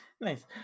nice